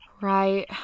Right